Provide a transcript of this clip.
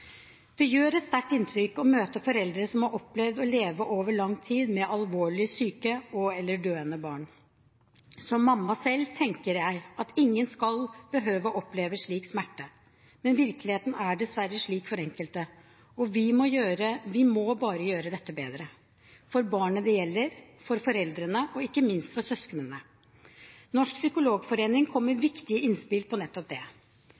Det gjør et sterkt inntrykk å møte foreldre som har opplevd å leve over lang tid med alvorlig syke og/eller døende barn. Som mamma selv tenker jeg at ingen skal behøve å oppleve slik smerte, men virkeligheten er dessverre slik for enkelte, og vi må bare gjøre dette bedre – for barnet det gjelder, for foreldrene og ikke minst for søsknene. Norsk Psykologforening kom med viktige innspill på nettopp det.